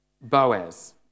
Boaz